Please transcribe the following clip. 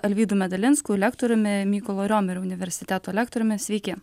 alvydu medalinsku lektoriumi mykolo romerio universiteto rektoriumi sveiki